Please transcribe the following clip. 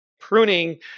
pruning